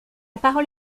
parole